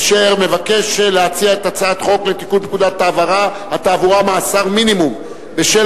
אשר מבקש להציע את הצעת חוק לתיקון פקודת התעבורה (מאסר מינימום בשל